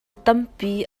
tampi